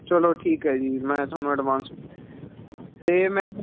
ਚਲੋ ਠੀਕ ਹੈ ਜੀ ਮੈਂ ਤੁਹਾਨੂੰ ਐਡਵਾਂਸ ਅਤੇ ਮੈਂ